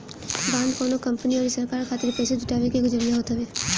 bond कवनो company अउरी सरकार खातिर पईसा जुटाए के एगो जरिया होत हवे